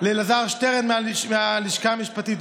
לאלעזר שטרן מהלשכה המשפטית,